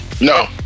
No